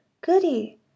goody